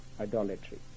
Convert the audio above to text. idolatry